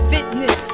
Fitness